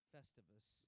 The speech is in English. Festivus